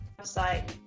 website